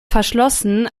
verschlossen